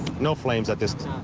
no flames at this